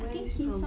where he's from